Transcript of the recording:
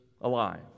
alive